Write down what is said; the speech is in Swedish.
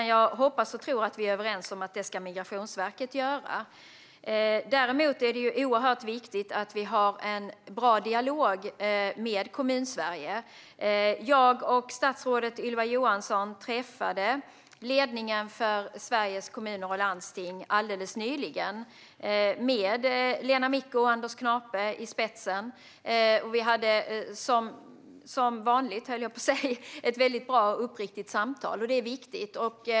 Jag hoppas och tror att vi är överens om att det är Migrationsverket som ska göra det. Däremot är det oerhört viktigt att vi har en bra dialog med Kommunsverige. Jag och statsrådet Ylva Johansson träffade alldeles nyligen ledningen för Sveriges Kommuner och Landsting med Lena Micko och Anders Knape i spetsen. Vi hade som vanligt, höll jag på att säga, ett bra och uppriktigt samtal. Det är viktigt.